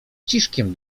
ciszkiem